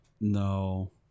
No